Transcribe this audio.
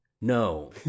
No